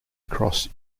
across